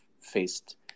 faced